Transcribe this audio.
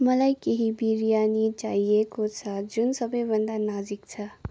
मलाई केही बिरयानी चाहिएको छ जुन सबैभन्दा नजिक छ